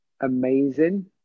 amazing